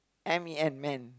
M E N men